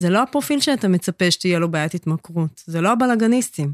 זה לא הפרופיל שאתה מצפה שתהיה לו בעיית התמכרות, זה לא הבלאגניסטים.